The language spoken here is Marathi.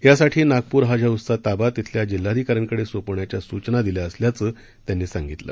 यासाठी नागपूर हज हाऊसचा ताबा तिथल्या जिल्हाधिकाऱ्यांकडे सोपवण्याच्या सूचना दिल्या असल्याचं त्यांनी सांगितलं